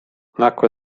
nacque